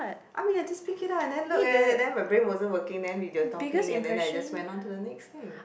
I mean you have to speak it out and then look at it then my brain wasn't working then we were talking and then I just went on to the next thing